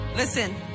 Listen